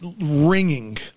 ringing